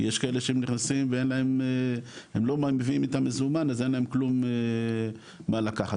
יש כאלה שנכנסים והם לא מביאים איתם מזומן אז אין להם כלום מה לקחת,